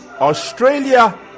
Australia